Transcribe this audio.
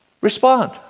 respond